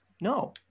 No